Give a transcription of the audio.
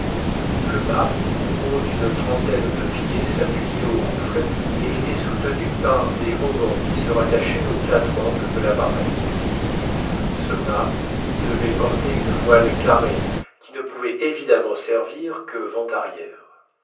le mât haut d'une trentaine de pieds s'appuyait au rouffle et était soutenu par des haubans qui se rattachaient aux quatre angles de l'appareil ce mât devait porter une voile carrée qui ne pouvait évidemment servir que vent arrière